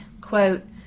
quote